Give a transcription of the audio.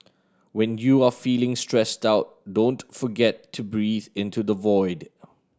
when you are feeling stressed out don't forget to breathe into the void